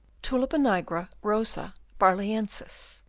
tulipa nigra rosa barlaensis,